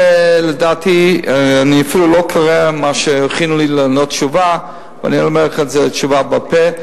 אני אפילו לא קורא את התשובה שהכינו לי ואני אומר את התשובה בעל-פה.